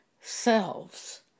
selves